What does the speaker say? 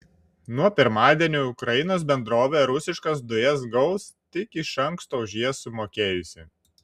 nuo pirmadienio ukrainos bendrovė rusiškas dujas gaus tik iš anksto už jas sumokėjusi